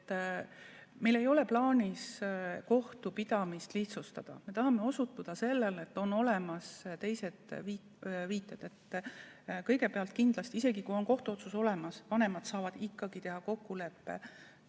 Meil ei ole plaanis kohtupidamist lihtsustada. Me tahame osutada sellele, et on olemas teised [võimalused]. Kõigepealt, isegi kui kohtuotsus on olemas, saavad vanemad ikkagi teha kokkuleppe